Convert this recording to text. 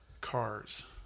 cars